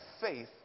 faith